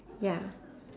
ya